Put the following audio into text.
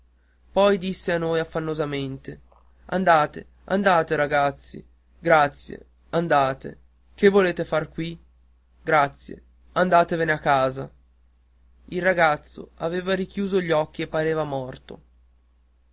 poi disse a noi affannosamente andate andate ragazzi grazie andate che volete far qui grazie andatevene a casa il ragazzo aveva richiuso gli occhi e pareva morto